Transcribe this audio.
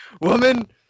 Woman